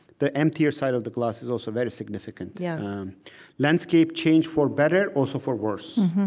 the emptier side of the glass is also very significant. yeah um landscape changed for better also, for worse.